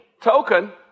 token